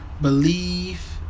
believe